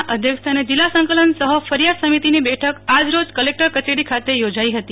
ના અધ્યક્ષસ્થાને જિલ્લા સંકલન સહ ફરિથાદ સમિતિની બેઠક આજરોજ કલેકટર કચેરી ખાતે યોજાઇ હતી